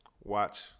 Watch